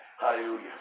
hallelujah